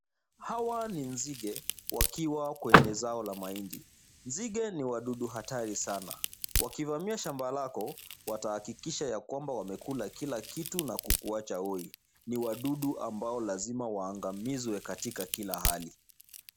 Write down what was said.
Hawa ni nzige wakiwa kwenye zao la mahindi. Nzige ni wadudu hatari sana, wakivamia shamba lako, watahakikisha kuwa wamekula kila kitu na kukuacha hoi. Ni wadudu ambao ni lazima waangamizwe katika kila hali.